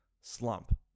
slump